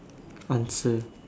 answer